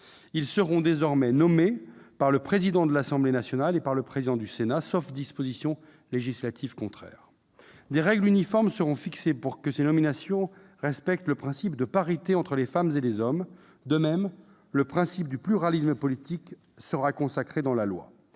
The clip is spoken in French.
ils seront désormais nommés par le président de l'Assemblée nationale ou par le président du Sénat, sauf disposition législative contraire. Des règles uniformes seront fixées pour que ces nominations respectent le principe de parité entre les femmes et les hommes. De même, le principe du pluralisme politique sera consacré dans la loi.